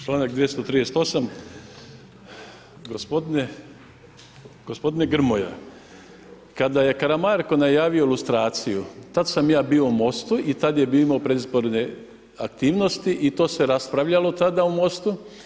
Članak 238. gospodine Grmoja, kada je Karamarko najavio lustraciju tad sam ja bio u MOST-u i tad je bilo predizborne aktivnosti i to se raspravljalo tada u MOST-u.